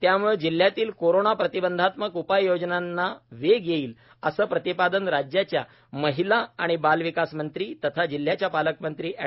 त्यामुळे जिल्ह्यातील कोरोना प्रतिबंधात्मक उपाययोजनांना वेग येईल असे प्रतिपादन राज्याच्या महिला आणि बालविकास मंत्री तथा जिल्ह्याच्या पालकमंत्री ऍड